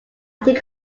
think